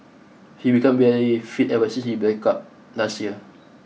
he became very fit ever since his breakup last year